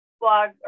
blog